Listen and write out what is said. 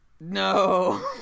No